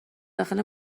داخل